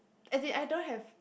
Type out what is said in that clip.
as in I don't have